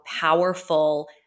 powerful